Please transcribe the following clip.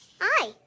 Hi